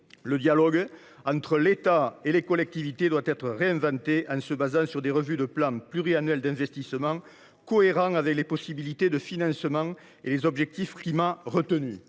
Le dialogue entre l’État et les collectivités doit être réinventé en se basant sur des revues de plans pluriannuels d’investissement (PPI) cohérents avec les possibilités locales de financement et les objectifs retenus